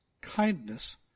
kindness